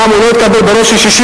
אומנם הוא לא התקבל ברוב של 61,